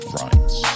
rights